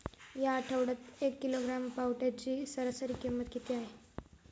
या आठवड्यात एक किलोग्रॅम पावट्याची सरासरी किंमत किती आहे?